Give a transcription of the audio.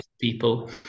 people